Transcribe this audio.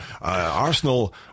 Arsenal